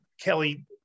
Kelly